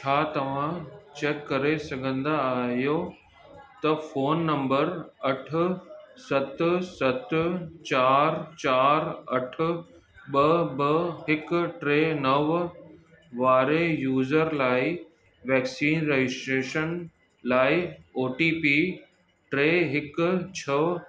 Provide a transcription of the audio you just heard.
छा तव्हां चेक करे सघंदा आहियो त फ़ोन नम्बर अठ सत सत चारि चारि अठ ॿ ॿ हिक टे नव वारे यूज़र लाइ वैक्सीन रजिस्ट्रेशन लाइ ओ टी पी टे हिक छह